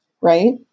right